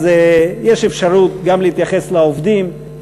אז יש אפשרות גם להתייחס לעובדים,